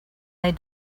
they